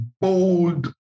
bold